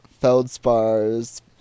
Feldspar's